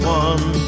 one